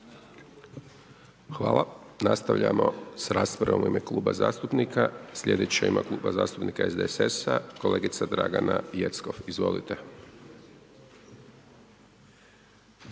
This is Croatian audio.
Nastavljamo sa raspravom u ime kluba zastupnika. Slijedeći u ime Kluba zastupnika SDP-a, kolega Alen Prelec. Izvolite.